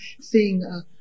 seeing